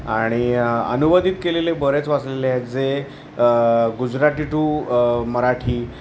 आणि अनुवादित केलेले बरेच वाचलेले आहेत जे गुजराटी टू मराठी